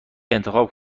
انتخاب